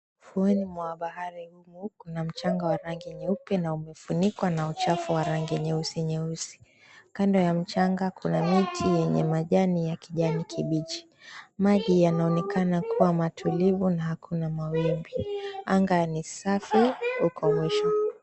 Ufuoni mwa bahari huo, kuna mchanga wa rangi nyeupe na umefunikwa na uchafu wa rangi nyeusi nyeusi. Kando ya mchanga kuna miti yenye majani ya kijani kibichi. Maji yanaonekana kuwa matulivu na hakuna mawimbi, anga ni safi huko mwisho.